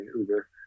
Uber